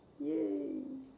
yeah